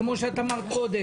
כמו שאת אמרת קודם,